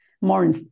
more